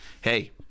hey